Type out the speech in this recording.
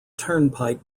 turnpike